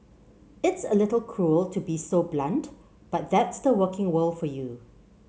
it's a little cruel to be so blunt but that's the working world for you